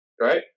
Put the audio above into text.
right